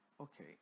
okay